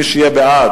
מי שיהיה בעד,